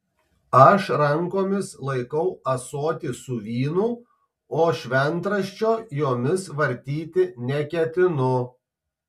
aš rankomis laikau ąsotį su vynu o šventraščio jomis vartyti neketinu